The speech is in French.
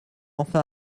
enfin